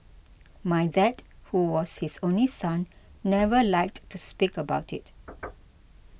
my dad who was his only son never liked to speak about it